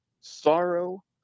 sorrow